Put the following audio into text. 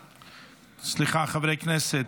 סליחה, חברי הכנסת,